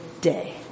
day